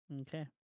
Okay